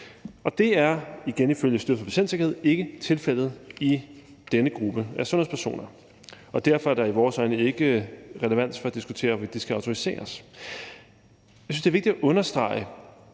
Og det er, igen ifølge Styrelsen for Patientsikkerhed, ikke tilfældet for denne gruppe af sundhedspersoner, og derfor er det i vores øjne ikke relevant at diskutere, hvorvidt de skal autoriseres. Jeg synes, det er vigtigt at understrege,